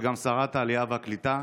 וגם שרת העלייה והקליטה,